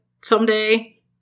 someday